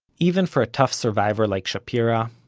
even for a tough survivor like shapira,